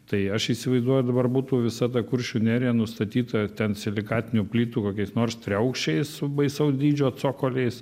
tai aš įsivaizduoju dabar būtų visa ta kuršių nerija nustatyta ten silikatinių plytų kokiais nors triaukščiais su baisaus dydžio cokoliais